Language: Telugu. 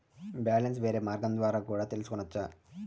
బ్యాలెన్స్ వేరే మార్గం ద్వారా కూడా తెలుసుకొనొచ్చా?